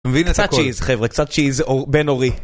קצת צ'יז חבר'ה, קצת צ'יז בן אורי